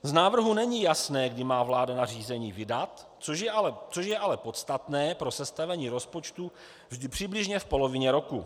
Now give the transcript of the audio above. Z návrhu není jasné, kdy má vláda nařízení vydat, což je ale podstatné pro sestavení rozpočtu vždy přibližně v polovině roku.